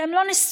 שהם לא נשואים